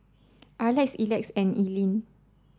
Arley Elex and Alene